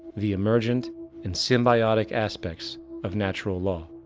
the emergent and symbiotic aspects of natural law.